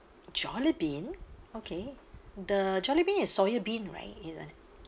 Jollibean okay the Jollibee is soy bean right isn't it